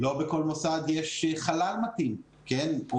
לא בכל מוסד יש חלל מתאים או זמין,